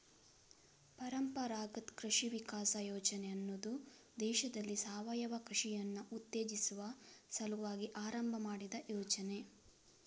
ಪರಂಪರಾಗತ್ ಕೃಷಿ ವಿಕಾಸ ಯೋಜನೆ ಅನ್ನುದು ದೇಶದಲ್ಲಿ ಸಾವಯವ ಕೃಷಿಯನ್ನ ಉತ್ತೇಜಿಸುವ ಸಲುವಾಗಿ ಆರಂಭ ಮಾಡಿದ ಯೋಜನೆ